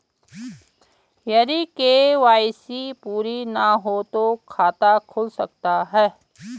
यदि के.वाई.सी पूरी ना हो तो खाता खुल सकता है?